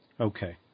Okay